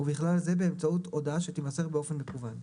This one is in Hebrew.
ובכלל זה באמצעות הודעה שתימסר באופן מקוון.